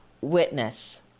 witness